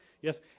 yes